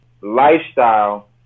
lifestyle